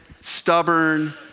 stubborn